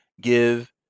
give